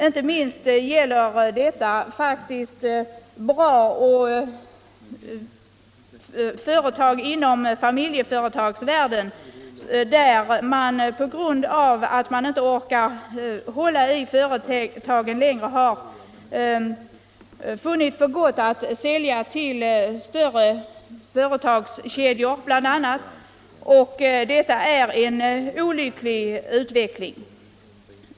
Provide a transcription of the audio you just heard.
Inte minst gäller detta familjeföretagen. På grund av att ägarna inte orkar med längre finner de för gott att sälja, bl.a. till stora företagskedjor, och detta är en olycklig utveckling.